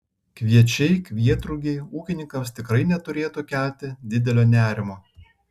kviečiai kvietrugiai ūkininkams tikrai neturėtų kelti didelio nerimo